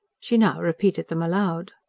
she now repeated them aloud.